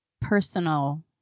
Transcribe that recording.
personal